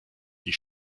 die